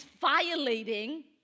violating